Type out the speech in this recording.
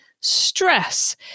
stress